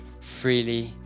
Freely